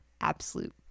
absolute